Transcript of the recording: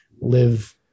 live